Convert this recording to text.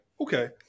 Okay